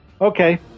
Okay